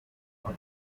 gare